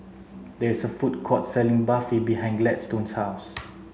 there is a food court selling Barfi behind Gladstone's house